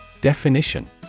Definition